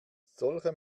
solche